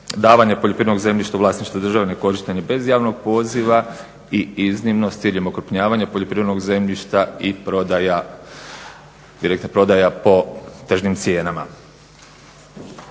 davanja poljoprivrednog zemljišta u vlasništvu države na korištenje bez javnog poziva i iznimno s ciljem okrupnjavanja poljoprivrednog zemljišta i prodaja po tržnim cijenama.